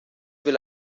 will